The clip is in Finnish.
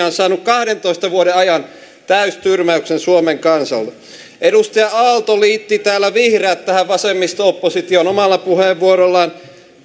on saanut kahdentoista vuoden ajan täystyrmäyksen suomen kansalta edustaja aalto liitti täällä vihreät tähän vasemmisto oppositioon omalla puheenvuorollaan